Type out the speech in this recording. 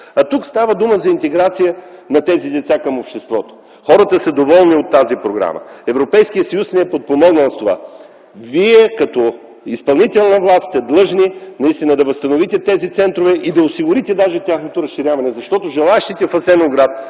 Тук става дума за интеграция на тези деца към обществото. Хората са доволни от тази програма. Европейският съюз ни е подпомогнал с това. Вие като изпълнителна власт сте длъжни наистина да възстановите тези центрове и даже да осигурите тяхното разширяване. Защото желаещите в Асеновград